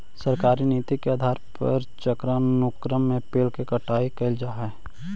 सरकारी नीति के आधार पर चक्रानुक्रम में पेड़ के कटाई कैल जा हई